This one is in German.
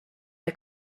der